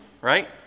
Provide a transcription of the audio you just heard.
right